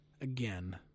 Again